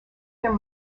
their